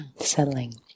settling